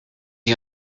you